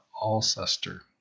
Alcester